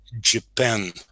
Japan